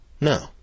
No